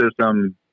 system